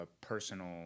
personal